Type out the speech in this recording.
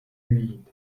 vyjít